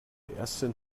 ersten